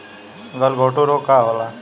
गलघोटू रोग का होला?